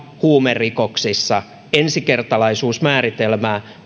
huumerikoksissa ensikertalaisuusmääritelmää